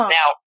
Now